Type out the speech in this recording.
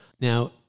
now